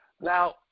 Now